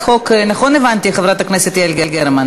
לציין, שלפחות במקומות שבהם גדלתי,